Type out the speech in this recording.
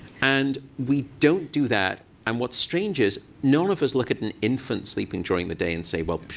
and we don't do that. and what's strange is none of us look at an infant sleeping during the day and say, well,